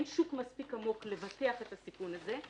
אין שוק מספיק עמוק לבטח את הסיכון הזה.